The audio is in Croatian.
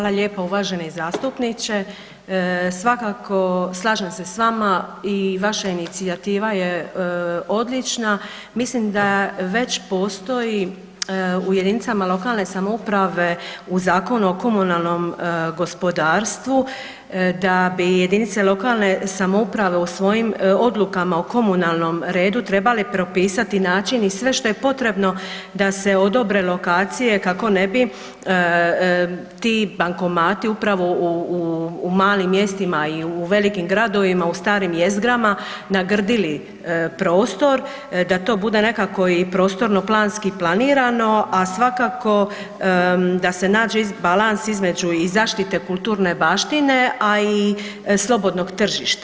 Hvala lijepa, uvaženi zastupniče svakako slažem se s vama i vaša inicijativa je odlična, mislim da već postoji u jedinicama lokalne samouprave u Zakonu o komunalnom gospodarstvu da bi jedinice lokalne samouprave u svojim odlukama o komunalnom redu trebale propisati način i sve što je potrebno da se odobre lokacije kako ne bi ti bankomati upravo u malim mjestima i u velikim gradovima u starim jezgrama nagrdili prostor, da to bude nekako i prostorno-planski planirano, a svakako da se nađe balans između i zaštite kulturne baštine, a i slobodnog tržišta.